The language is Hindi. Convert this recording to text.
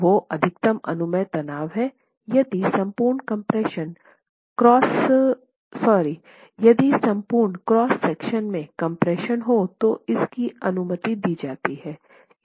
वो अधिकतम अनुमेय तनाव है यदि संपूर्ण क्रॉस सेक्शन में कंप्रेशन हो तो इसकी अनुमति दी जाती है